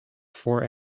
for